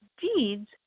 deeds